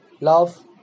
love